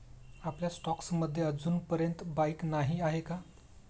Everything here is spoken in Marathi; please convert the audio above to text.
आपल्या स्टॉक्स मध्ये अजूनपर्यंत बाईक नाही आहे का?